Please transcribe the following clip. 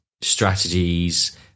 Strategies